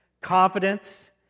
confidence